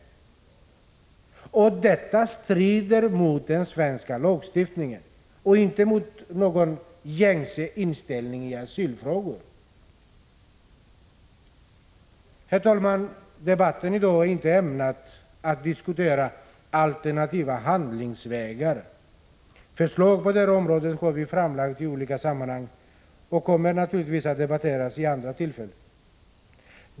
Detta strider mot den svenska lagstiftningen, inte mot någon gängse inställning i asylfrågor. Herr talman! Debatten i dag är inte ämnad en diskussion om alternativa handlingsvägar. Förslag på detta område har vi framlagt i olika sammanhang, och de kommer naturligtvis att debatteras vid andra tillfällen.